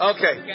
Okay